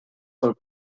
pel